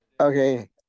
Okay